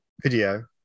video